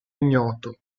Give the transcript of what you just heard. ignoto